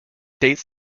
dates